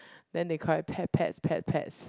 then they called it pet pets pet pets